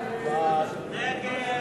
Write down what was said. הצעת סיעות